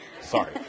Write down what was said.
Sorry